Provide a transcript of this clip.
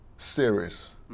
Serious